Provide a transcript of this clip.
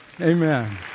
Amen